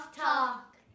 talk